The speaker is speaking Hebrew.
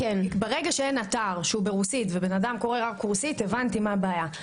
ברגע שאין אתר ברוסית ואדם קורא רק רוסית הבנתי מה הבעיה.